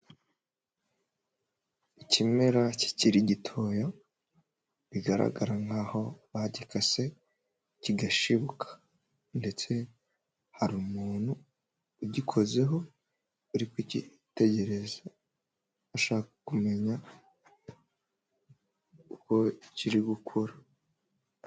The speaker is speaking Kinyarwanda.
Ikimera kikiri gitoya bigaragara nkaho bagikase kigashibuka ndetse hari umuntu ugikozeho uri kucyitegereza ashaka kumenya uko kiri gukura.